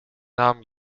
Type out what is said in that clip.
naam